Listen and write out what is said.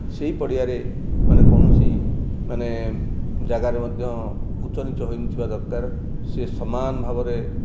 ସେହି ପଡ଼ିଆରେ ମାନେ କୌଣସି ମାନେ ଜାଗାରେ ମଧ୍ୟ ଉଚ୍ଚନୀଚ୍ଚ ହୋଇନଥିବା ଦରକାର ସେ ସମାନ ଭାବରେ